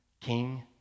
king